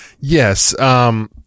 Yes